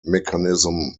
mechanism